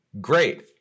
Great